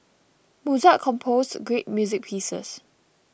Mozart composed great music pieces